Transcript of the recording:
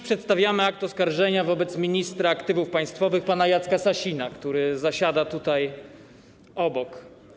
Przedstawiamy dziś akt oskarżenia wobec ministra aktywów państwowych pana Jacka Sasina, który zasiada tutaj obok.